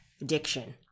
Addiction